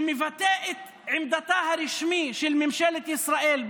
שמבטא את עמדתה הרשמית של ממשלת ישראל,